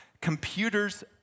Computers